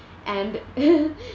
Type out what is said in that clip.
and